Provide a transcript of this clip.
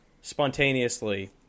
spontaneously